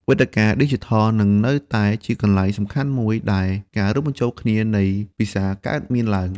វេទិកាឌីជីថលនឹងនៅតែជាកន្លែងសំខាន់មួយដែលការរួមបញ្ចូលគ្នានៃភាសាកើតមានឡើង។